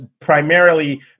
primarily